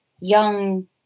young